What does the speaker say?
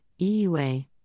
EUA